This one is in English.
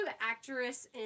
actress